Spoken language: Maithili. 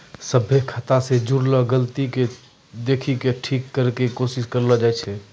सभ्भे खाता से जुड़लो गलती के देखि के ठीक करै के कोशिश करलो जाय छै